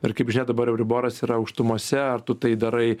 ir kaip žinia dabar euriboras yra aukštumose ar tu tai darai